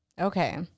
Okay